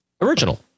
original